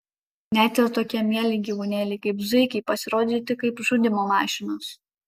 net ir tokie mieli gyvūnėliai kaip zuikiai pasirodyti kaip žudymo mašinos